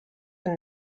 and